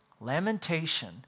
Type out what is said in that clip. lamentation